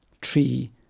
Tree